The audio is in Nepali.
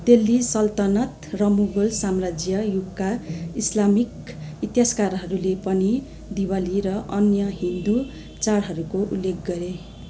दिल्ली सल्तनत र मुगल साम्राज्य युगका इस्लामिक इतिहासकारहरूले पनि दिवाली र अन्य हिन्दू चाडहरूको उल्लेख गरे